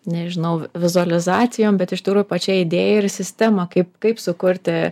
nežinau vizualizacijom bet iš tikro pačia idėja ir sistema kaip kaip sukurti